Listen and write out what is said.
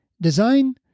Design